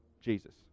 Jesus